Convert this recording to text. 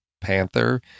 Panther